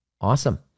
awesome